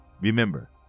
Remember